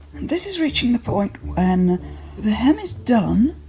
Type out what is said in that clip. this is reaching the point when the hem is done,